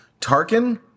Tarkin